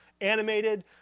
animated